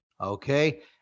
Okay